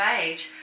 age